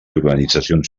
organitzacions